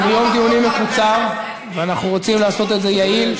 אנחנו ביום דיונים מקוצר ואנחנו רוצים לעשות את זה יעיל.